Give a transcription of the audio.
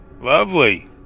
Lovely